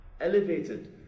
elevated